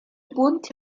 punti